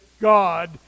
God